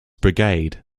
brigade